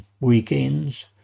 weekends